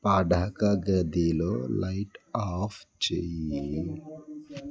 పడకగదిలో light off చెయ్యి